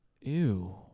Ew